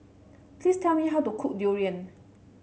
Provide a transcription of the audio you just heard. please tell me how to cook Durian